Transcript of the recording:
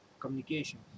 Communication